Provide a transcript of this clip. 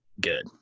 good